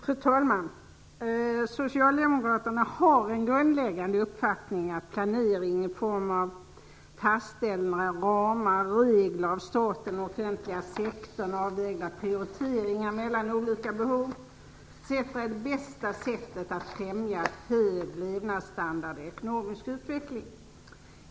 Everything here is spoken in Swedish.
Fru talman! Socialdemokraterna har en grundläggande uppfattning att planering i form av fastställa ramar, regler, av staten/offentliga sektorn avvägda prioriteringar mellan olika behov etc. är bästa sättet att främja hög levnadsstandard och ekonomisk utveckling.